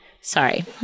Sorry